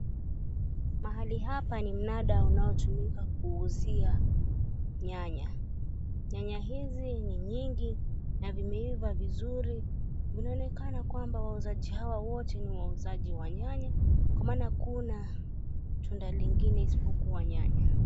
Mahali hapa ni mnanda unaotumika kuuzia nyanya, nyanya hizi ni nyingi na zimeiva vizuri, inaonekana kwamba wauzaji hawa wote ni wauzaji wa nyanya kwa maana hakuna tunda lingine isipokuwa la nyanya.